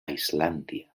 islàndia